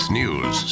news